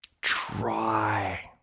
try